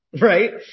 Right